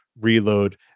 Reload